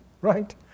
right